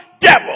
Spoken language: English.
devil